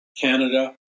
Canada